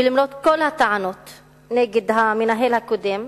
ולמרות כל הטענות נגד המנהל הקודם,